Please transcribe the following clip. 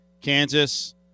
Kansas